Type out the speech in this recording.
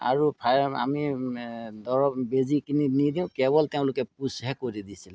আৰু ফাই আমি দৰৱ বেজি কিনি নি দিওঁ কেৱল তেওঁলোকে পুশ্ৱ হে কৰি দিছিল